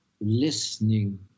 listening